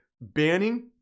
banning